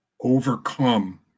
overcome